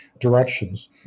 directions